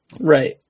Right